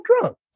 drunk